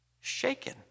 shaken